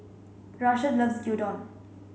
Rashad loves Gyudon